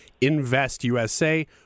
InvestUSA